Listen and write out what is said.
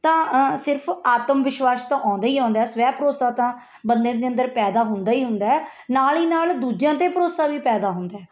ਤਾਂ ਸਿਰਫ ਆਤਮ ਵਿਸ਼ਵਾਸ ਤਾਂ ਆਉਂਦਾ ਹੀ ਆਉਂਦਾ ਸਵੈ ਭਰੋਸਾ ਤਾਂ ਬੰਦੇ ਦੇ ਅੰਦਰ ਪੈਦਾ ਹੁੰਦਾ ਹੀ ਹੁੰਦਾ ਨਾਲ ਹੀ ਨਾਲ ਦੂਜਿਆਂ 'ਤੇ ਭਰੋਸਾ ਵੀ ਪੈਦਾ ਹੁੰਦਾ